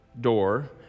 door